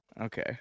okay